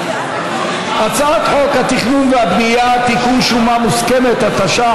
הצעת חוק התכנון והבנייה (תיקון, שומה מוסכמת),